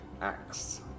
axe